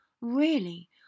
Really